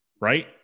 right